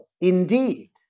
Indeed